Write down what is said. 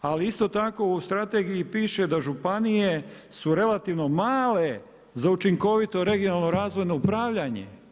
Ali isto tako u strategiji piše da županije su relativno male za učinkovito regionalno razvojno upravljanje.